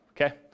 Okay